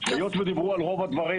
היות ודיברו על רוב הדברים.